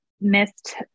missed